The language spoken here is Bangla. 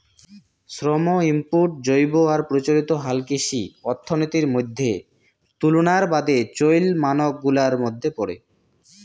শ্রম ইনপুট জৈব আর প্রচলিত হালকৃষি অর্থনীতির মইধ্যে তুলনার বাদে চইল মানক গুলার মইধ্যে পরে